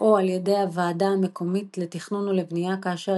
או על ידי הוועדה המקומית לתכנון ולבנייה כאשר